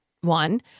one